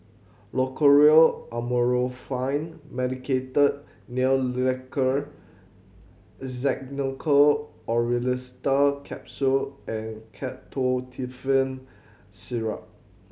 Loceryl Amorolfine Medicated Nail Lacquer Xenical Orlistat Capsule and Ketotifen Syrup